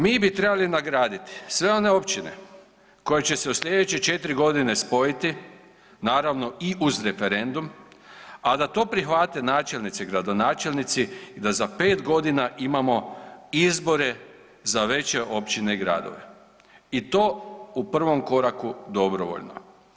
Mi bi trebali nagraditi sve one općine koje će se u sljedeće četiri godine spojiti, naravno i uz referendum, a da to prihvate načelnici, gradonačelnici i za pet godina imamo izbore za veće općine i gradove i to u prvom koraku dobrovoljno.